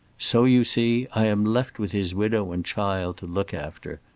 so, you see, i am left with his widow and child to look after.